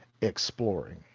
exploring